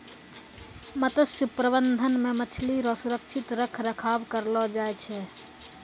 मत्स्य प्रबंधन मे मछली रो सुरक्षित रख रखाव करलो जाय छै